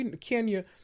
Kenya